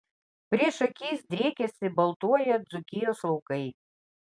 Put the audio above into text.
prieš akis driekėsi baltuoją dzūkijos laukai